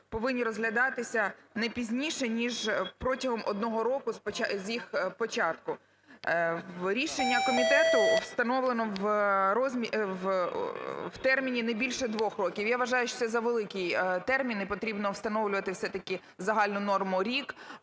повинні розглядатися не пізніше, ніж протягом 1 року з їх початку. Рішення комітету, встановлено в розмірі... в терміні не більше 2 років. Я вважаю, що це завеликий термін і потрібно встановлювати все-таки загальну норму – рік,